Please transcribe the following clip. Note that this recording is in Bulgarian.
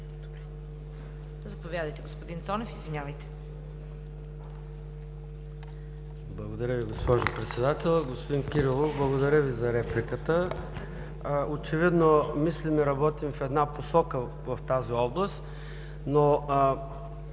заповядайте, господин Цонев. ЙОРДАН ЦОНЕВ (ДПС): Благодаря Ви, госпожо Председател. Господин Кирилов, благодаря Ви за репликата. Очевидно мислим и работим в една посока в тази област.